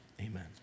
Amen